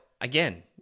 again